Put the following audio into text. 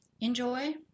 enjoy